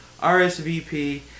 RSVP